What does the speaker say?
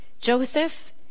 Joseph